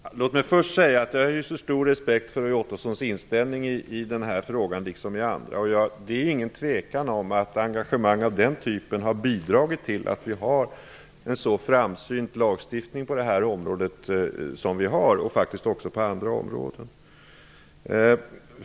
Fru talman! Låt mig först säga att jag hyser stor respekt för Roy Ottossons inställning i den här frågan liksom i andra. Det är ingen tvekan om att engagemang av den typen har bidragit till att vi har en så framsynt lagstiftning på det här området som vi har, och faktiskt också på andra områden.